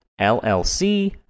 LLC